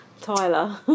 Tyler